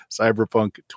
cyberpunk